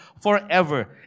forever